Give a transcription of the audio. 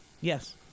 Yes